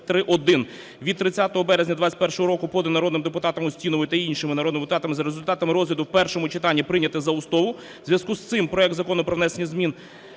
(від 30 березня 21-го року) (поданий народним депутатом Устіновою та іншими народними депутатами) за результатами розгляду в першому читанні прийняти за основу.